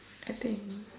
I think